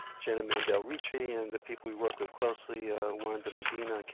jenna mandel-ricci and the people we work with closely wanda medina, like